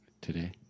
today